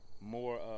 more